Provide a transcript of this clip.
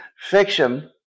Fiction